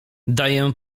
daję